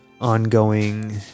ongoing